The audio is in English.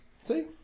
see